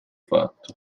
fatto